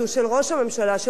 של ממשלת ישראל,